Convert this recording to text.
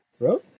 bro